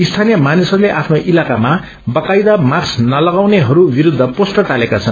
स्थानीय मानिसहरूले आफ्नो इलाकामा बाकायदा मास्क नलगाउनेहरू विरूद्ध पोस्टर टालेका छन्